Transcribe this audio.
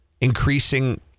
increasing